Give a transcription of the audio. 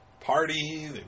Party